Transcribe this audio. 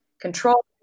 control